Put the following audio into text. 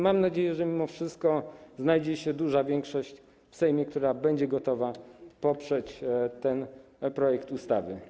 Mam nadzieję, że mimo wszystko znajdzie się duża większość w Sejmie, która będzie gotowa poprzeć ten projekt ustawy.